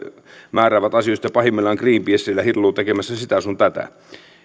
määräävät asioista ja pahimmillaan greenpeace siellä hilluu tekemässä sitä sun tätä